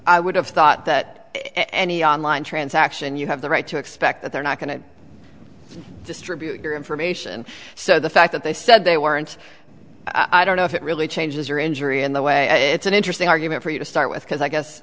i would have thought that any online transaction you have the right to expect that they're not going to distribute your information so the fact that they said they weren't i don't know if it really changes your injury in the way it's an interesting argument for to start with because i